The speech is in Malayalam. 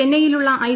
ചെന്നൈയിലുള്ള ഐ